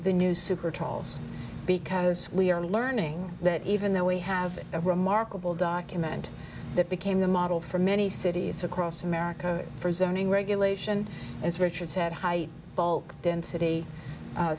the new super trolls because we are learning that even though we have a remarkable document that became the model for many cities across america for zoning regulation as richard said high bulk density